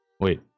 Wait